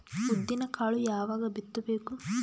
ಉದ್ದಿನಕಾಳು ಯಾವಾಗ ಬಿತ್ತು ಬೇಕು?